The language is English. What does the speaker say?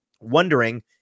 wondering